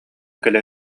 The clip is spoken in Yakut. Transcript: кэлэ